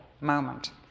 moment